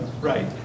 right